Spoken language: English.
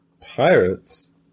Pirates